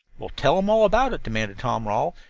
well, tell them all about it, demanded tom rawle,